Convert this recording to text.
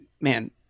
man